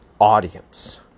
audience